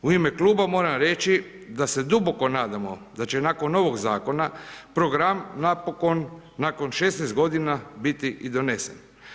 U ime kluba moram reći da se duboko nadamo da će nakon ovog zakona program napokon nakon 16 godina biti i donesen.